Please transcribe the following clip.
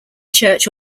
church